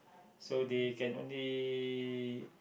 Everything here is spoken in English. so they can only